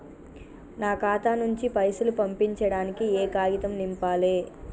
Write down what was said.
నా ఖాతా నుంచి పైసలు పంపించడానికి ఏ కాగితం నింపాలే?